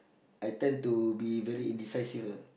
I tend to be very indecisive